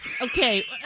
okay